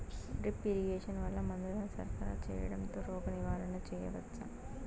Drip irrigation వల్ల మందులను సరఫరా సేయడం తో రోగ నివారణ చేయవచ్చా?